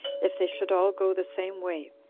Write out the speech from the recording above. if they should all go the same way,